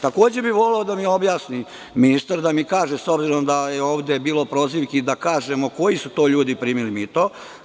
Takođe, bih voleo da mi objasni ministar, da mi kaže, s obzirom da je ovde bilo prozivki, koji su to ljudi primili mito?